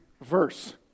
verse